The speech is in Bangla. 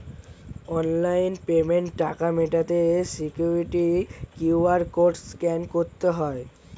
অনলাইন পেমেন্টে টাকা মেটাতে সিকিউরিটি কিউ.আর কোড স্ক্যান করতে হয়